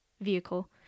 vehicle